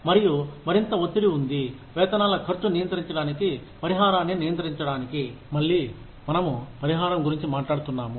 మరియు మరింత ఒత్తిడి ఉంది వేతనాల ఖర్చు నియంత్రించడానికి పరిహారాన్ని నియంత్రించడానికి మళ్లీ మనము పరిహారం గురించి మాట్లాడుతున్నాము